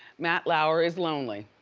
matt lauer is lonely.